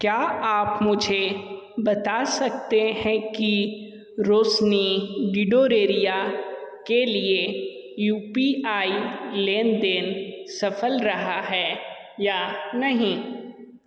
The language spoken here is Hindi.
क्या आप मुझे बता सकते हैं कि रोशनी डिडोरेरिया के लिए यू पी आई लेनदेन सफल रहा है या नहीं